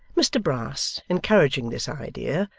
mr brass encouraging this idea,